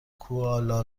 کوالا